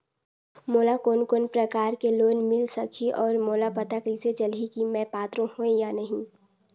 मोला कोन कोन प्रकार के लोन मिल सकही और मोला पता कइसे चलही की मैं पात्र हों या नहीं?